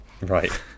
Right